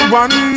one